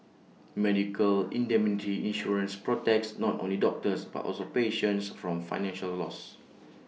medical indemnity insurance protects not only doctors but also patients from financial loss